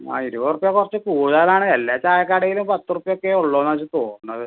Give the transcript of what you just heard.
ആ ഇരുപതുർപ്യ കുറച്ച് കൂടുതലാണ് എല്ലാ ചായ കടയിലും പത്തുർപ്യൊക്കെള്ളൂന്നാക്ക് തോന്നണത്